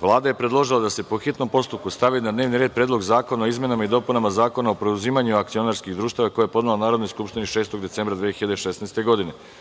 Vlada je predložila da se, po hitnom postupku, stavi na dnevni red – Predlog zakona o izmenama i dopunama Zakona o preuzimanju akcionarskih društava, koji je podnela Narodnoj skupštini 6. decembra 2016.